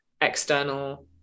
external